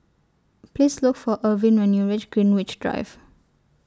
Please Look For Ervin when YOU REACH Greenwich Drive